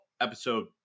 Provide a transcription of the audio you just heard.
episode